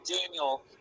Daniel